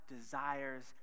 desires